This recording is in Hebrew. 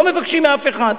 לא מבקשים מאף אחד.